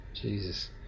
Jesus